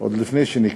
עוד לפני שנכלא.